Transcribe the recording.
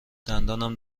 دندانم